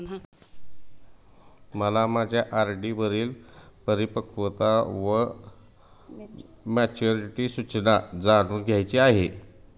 मला माझ्या आर.डी वरील परिपक्वता वा मॅच्युरिटी सूचना जाणून घ्यायची आहे